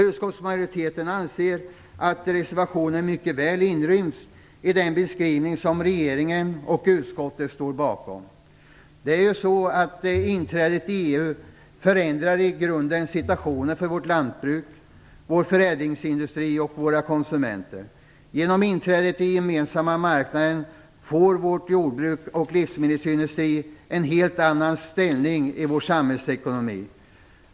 Uskottsmajoriteten anser att reservationen mycket väl inryms i den beskrivning som regeringen och utskottets står bakom. Inträdet i EU förändrar i grunden situationen för vårt lantbruk, vår förädlingsindustri och våra konsumenter. Genom inträdet i den gemensamma marknaden får vårt jordbruk och vår livsmedelsindustri en helt annan ställning i vår samhällsekonomi.